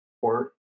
port